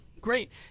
Great